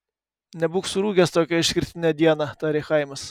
nebūk surūgęs tokią išskirtinę dieną tarė chaimas